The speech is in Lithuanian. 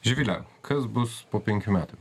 živile kas bus po penkių metų